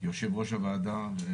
יושבי-ראש הוועדה שהיו,